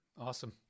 Awesome